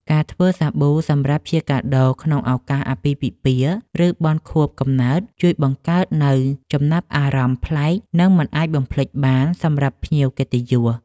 ការធ្វើសាប៊ូសម្រាប់ជាកាដូក្នុងឱកាសអាពាហ៍ពិពាហ៍ ឬបុណ្យខួបកំណើត ជួយបង្កើតនូវចំណាប់អារម្មណ៍ប្លែក និងមិនអាចបំភ្លេចបានសម្រាប់ភ្ញៀវកិត្តិយស។